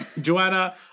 Joanna